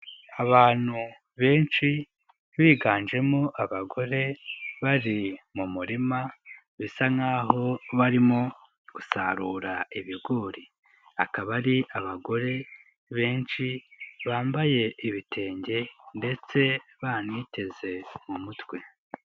Abantu benshi, biganjemo abagore bari mu murima bisa nk'aho barimo gusarura ibigori, akaba ari abagore benshi, bambaye ibitenge ndetse baniteze mu mutwe.